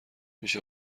میشه